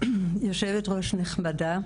יושבת-ראש נכבדה,